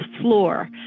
floor